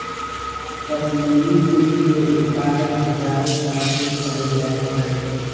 कश्मीरी ऊन के उत्पादन हजारो साल से कएल जाइ छइ